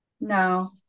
No